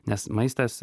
nes maistas